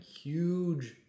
huge